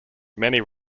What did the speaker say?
many